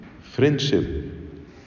Friendship